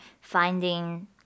finding